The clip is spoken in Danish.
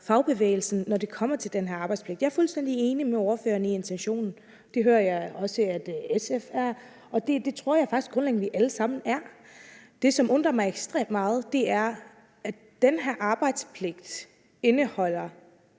fagbevægelsen, når det kommer til den her arbejdspligt. Jeg er fuldstændig enig med ordføreren i intentionen. Det hører jeg også at SF er, og det tror jeg faktisk grundlæggende at vi alle sammen er. Det, som undrer mig ekstremt meget, er, at den her arbejdspligt indeholder